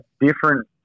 different